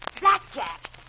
Blackjack